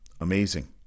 Amazing